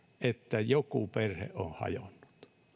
että joku perhe on hajonnut